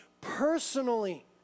personally